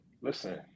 listen